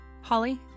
Holly